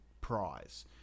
prize